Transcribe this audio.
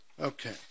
okay